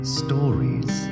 stories